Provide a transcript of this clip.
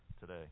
today